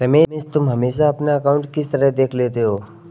रमेश तुम हमेशा अपना अकांउट किस तरह देख लेते हो?